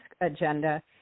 agenda